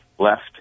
left